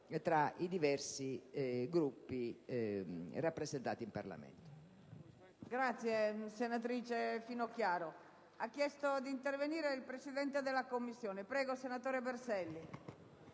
tra i diversi Gruppi rappresentati in Parlamento.